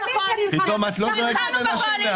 פתאום את לא דואגת לנשים?